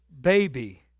baby